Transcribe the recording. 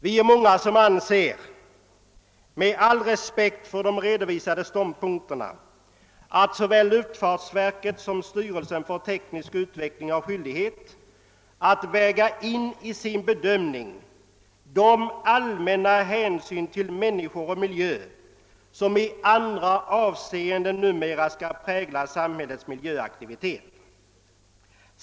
Vi är många som anser, med all respekt för de redovisade ståndpunkterna, att såväl luftfartsverket som styrelsen för teknisk utveckling har skyldighet att i sin bedömning väga in de allmänna hänsyn till människor och miljö som i andra avseenden numera präglar samhällets miljöaktivitet.